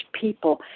people